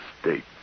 state